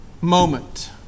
moment